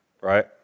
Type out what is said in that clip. right